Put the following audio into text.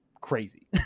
crazy